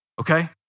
okay